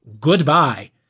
Goodbye